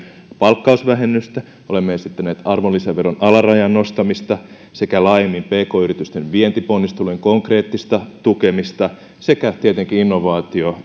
palkkausvähennystä olemme esittäneet arvonlisäveron alarajan nostamista sekä laajemmin pk yritysten vientiponnistelujen konkreettista tukemista sekä tietenkin innovaatio